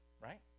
right